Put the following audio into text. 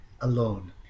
alone